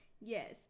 yes